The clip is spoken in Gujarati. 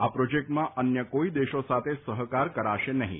આ પ્રોજેક્ટમાં અન્ય કોઇ દેશો સાથે સહકાર કરાશે નહિ